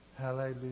Hallelujah